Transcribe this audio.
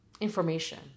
information